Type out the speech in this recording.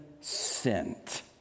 sent